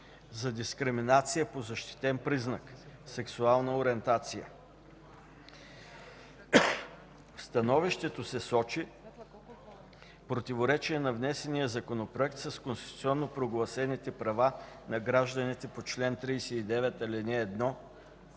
за дискриминация по защитен признак (сексуална ориентация). В становището се сочи противоречие на внесения Законопроект с конституционно прогласените права на гражданите по чл. 39, ал. 1